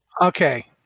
Okay